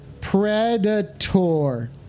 Predator